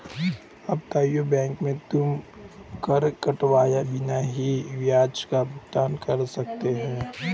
अपतटीय बैंक में तुम कर कटवाए बिना ही ब्याज का भुगतान कर सकते हो